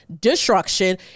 destruction